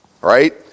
Right